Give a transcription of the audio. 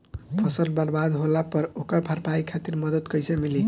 फसल बर्बाद होला पर ओकर भरपाई खातिर मदद कइसे मिली?